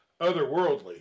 otherworldly